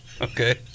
Okay